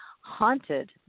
Haunted